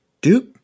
Duke